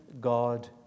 God